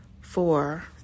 four